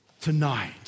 tonight